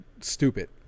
stupid